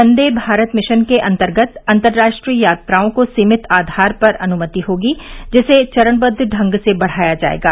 वंदे Bharat mission के अंतर्गत अंतर्राष्ट्रीय यात्राओं को सीमित आधार पर अनुमति होगी जिसे चरणबद्व ढंग से बढ़ाया जाएगा